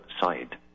side